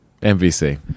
MVC